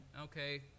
okay